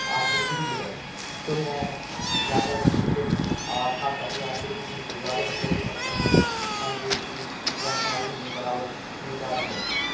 are C B ہی ہے تو میں زیادہ کرکٹ اور خاص کر کے آر سی بی ٹیم کو زیادہ فالو کرتا ہوں تاکہ اس کی جانکاری ہمیں برابر ملتا رہے